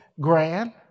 grand